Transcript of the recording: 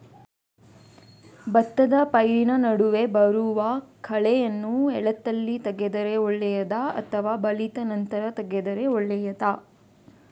ಭತ್ತದ ಪೈರಿನ ನಡುವೆ ಬರುವ ಕಳೆಯನ್ನು ಎಳತ್ತಲ್ಲಿ ತೆಗೆದರೆ ಒಳ್ಳೆಯದಾ ಅಥವಾ ಬಲಿತ ನಂತರ ತೆಗೆದರೆ ಒಳ್ಳೆಯದಾ?